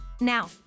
Now